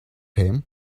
him